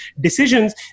decisions